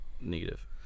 negative